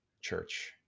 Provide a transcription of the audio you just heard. church